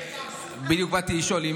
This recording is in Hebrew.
בדיוק באתי לשאול.